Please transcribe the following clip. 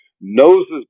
Noses